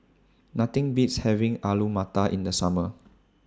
Nothing Beats having Alu Matar in The Summer